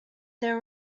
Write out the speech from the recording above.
there